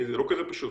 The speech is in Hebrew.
זה לא כזה פשוט.